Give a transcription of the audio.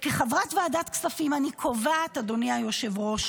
כחברת ועדת כספים אני קובעת, אדוני היושב-ראש,